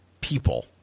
people